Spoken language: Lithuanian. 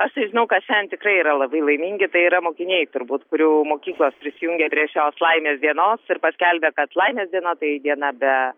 aš tai žinau kas šiandien tikrai yra labai laimingi tai yra mokiniai turbūt kurių mokyklos prisijungė prie šios laimės dienos ir paskelbė kad laimės diena tai diena be